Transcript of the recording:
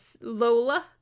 Lola